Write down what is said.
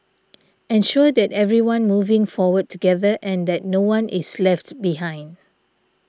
ensure that everyone moving forward together and that no one is left behind